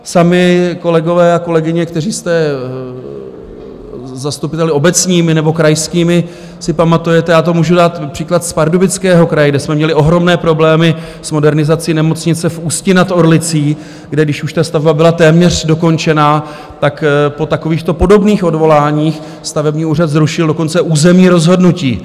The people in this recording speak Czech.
Sami, kolegové a kolegyně, kteří jste zastupiteli obecními nebo krajskými, si pamatujete já můžu dát příklad z Pardubického kraje, kde jsme měli ohromné problémy s modernizací nemocnice v Ústí nad Orlicí, kde když už ta stavba byla téměř dokončena, po takovýchto podobných odvoláních stavební úřad zrušil dokonce území rozhodnutí.